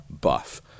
Buff